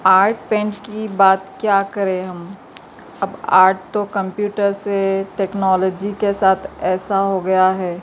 art paint کی بات کیا کریں ہم اب آرٹ تو کمپیوٹر سے ٹیکنالوجی کے ساتھ ایسا ہو گیا ہے